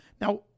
now